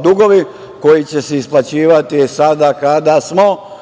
dugovi koji će se isplaćivati sada kada smo,